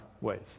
ways